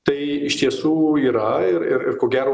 tai iš tiesų yra ir ir ir ko gero